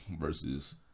versus